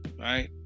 right